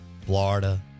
Florida